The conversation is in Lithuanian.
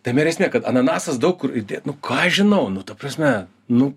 tame ir esmė kad ananasas daug kur įdėt nu ką žinau nu ta prasme nu